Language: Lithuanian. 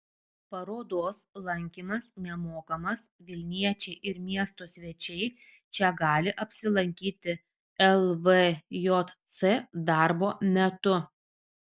parodos lankymas nemokamas vilniečiai ir miesto svečiai čia gali apsilankyti lvjc darbo metu